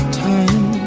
time